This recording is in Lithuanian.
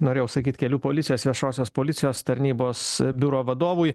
norėjau sakyt kelių policijos viešosios policijos tarnybos biuro vadovui